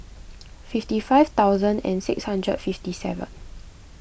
fifty five thousand and six hundred fifty seven